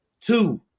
Two